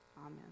amen